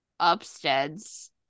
Upsteads